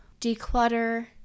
declutter